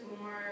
more